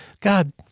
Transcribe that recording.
God